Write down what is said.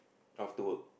after work